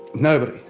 nobody,